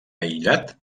aïllat